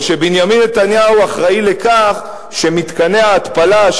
או שבנימין נתניהו אחראי לכך שמתקני ההתפלה,